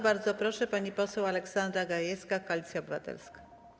Bardzo proszę, pani poseł Aleksandra Gajewska, Koalicja Obywatelska.